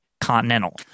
Continental